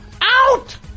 Out